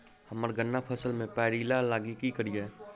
हम्मर गन्ना फसल मे पायरिल्ला लागि की करियै?